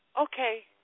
Okay